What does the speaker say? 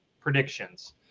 predictions